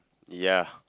ya